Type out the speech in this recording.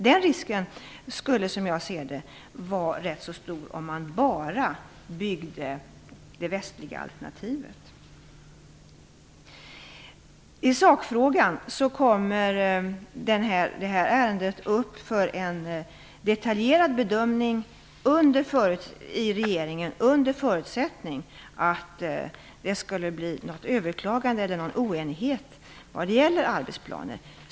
Den risken skulle, som jag ser det, var rätt så stor om man bara byggde det västliga alternativet. I sakfrågan kommer det här ärendet upp för en detaljgranskning i regeringen, under förutsättning att det skulle vara något överklagande eller oenighet vad gäller arbetsplaner.